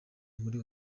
muri